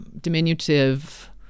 diminutive